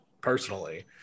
personally